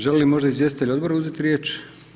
Žele li možda izvjestitelji odbora uzeti riječ?